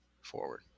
forward